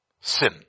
sin